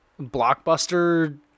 blockbuster